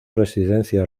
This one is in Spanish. residencia